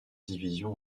division